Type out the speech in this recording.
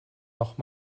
noch